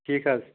ٹھیٖک حظ